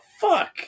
fuck